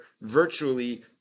virtually